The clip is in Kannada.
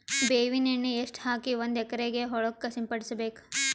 ಬೇವಿನ ಎಣ್ಣೆ ಎಷ್ಟು ಹಾಕಿ ಒಂದ ಎಕರೆಗೆ ಹೊಳಕ್ಕ ಸಿಂಪಡಸಬೇಕು?